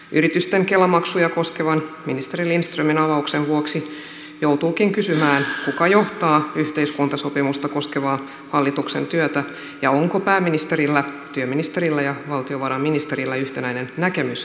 yritysten kela maksuja koskevan ministeri lindströmin avauksen vuoksi joutuukin kysymään kuka johtaa yhteiskuntasopimusta koskevaa hallituksen työtä ja onko pääministerillä työministerillä ja valtiovarainministerillä yhtenäinen näkemys asiasta